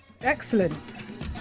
excellent